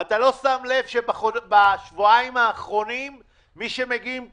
אתה לא שם לב שבשבועיים האחרונים מי שמגיעים לכאן,